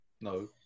no